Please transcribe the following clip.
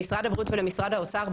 למשרד הבריאות ולמשרד האוצר,